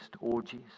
orgies